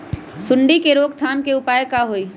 सूंडी के रोक थाम के उपाय का होई?